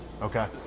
Okay